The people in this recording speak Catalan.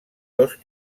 dos